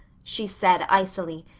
she said icily,